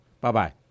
Bye-bye